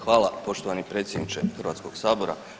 Hvala poštovani predsjedniče Hrvatskoga sabora.